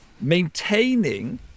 Maintaining